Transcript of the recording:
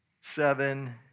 seven